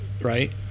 right